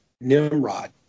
Nimrod